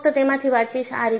હું ફક્ત તેમાંથી વાંચીશ